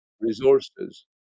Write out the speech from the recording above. resources